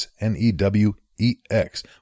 N-E-W-E-X